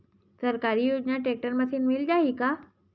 सरकारी योजना tractor machine मिल जाही का?